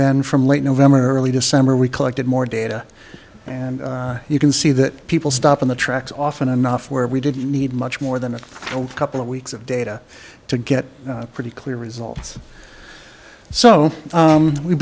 then from late november early december we collected more data and you can see that people stop on the tracks often enough where we didn't need much more than a couple of weeks of data to get pretty clear results so